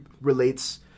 relates